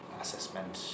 assessment